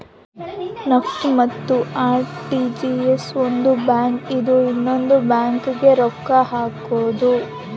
NEFT ಮತ್ತ RTGS ಒಂದ್ bank ಇಂದ ಇನ್ನೊಂದು ಬ್ಯಾಂಕ್ ಗೆ ರೊಕ್ಕ ಹಕೋದು